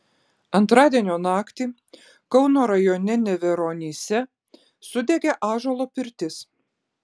antradienio naktį kauno rajone neveronyse sudegė ąžuolo pirtis